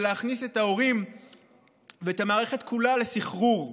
להכניס את ההורים ואת המערכת כולה לסחרור.